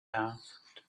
asked